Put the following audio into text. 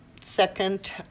Second